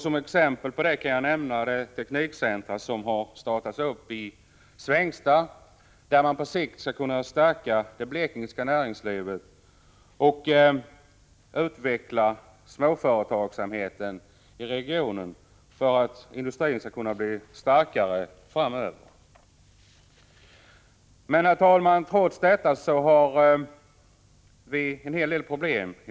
Som exempel kan jag nämna det teknikcentrum som har startats i Svängsta, där man på sikt skall kunna stärka det blekingska näringslivet och utveckla småföretagsamheten i regionen. Men trots detta har vi en hel del problem.